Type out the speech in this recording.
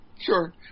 Sure